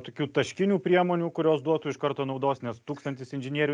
tokių taškinių priemonių kurios duotų iš karto naudos nes tūkstantis inžinierių